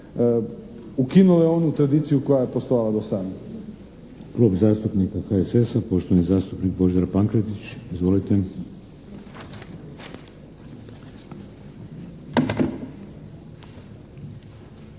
ukinule onu tradiciju koja je postojala do sada. **Šeks, Vladimir (HDZ)** Klub zastupnika HSS-a, poštovani zastupnik Božidar Pankretić. Izvolite.